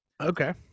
Okay